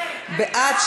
להעביר את